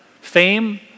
fame